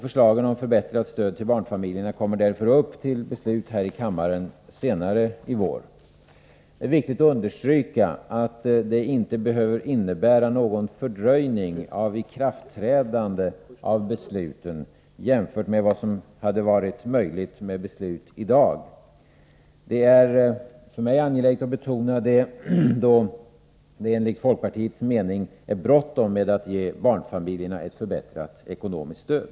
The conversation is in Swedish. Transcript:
Förslagen om förbättrat stöd till barnfamiljerna kommer därför upp till beslut här i kammaren senare i vår. Det är viktigt att understryka att det inte behöver innebära någon fördröjning av ikraftträdandet av besluten jämfört med vad som hade varit möjligt med beslut i dag. Det är angeläget för mig att betona detta, då det enligt folkpartiets mening är bråttom med att ge barnfamiljerna förbättrat ekonomiskt stöd.